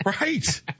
Right